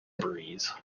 breeze